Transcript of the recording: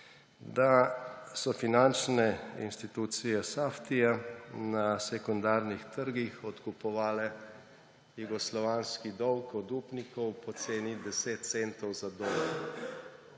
Da so finančne inštitucije Saftija na sekundarnih trgih odkupovale jugoslovanski dolg od upnikov po ceni 10 centov za dolar,